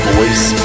Voice